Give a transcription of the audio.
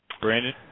Brandon